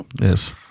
Yes